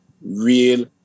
real